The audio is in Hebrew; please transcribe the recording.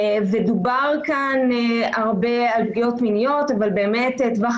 דובר כאן הרבה על פגיעות מיניות אבל באמת טווח